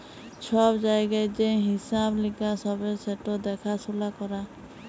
ছব জায়গায় যে হিঁসাব লিকাস হ্যবে সেট দ্যাখাসুলা ক্যরা